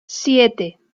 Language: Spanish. siete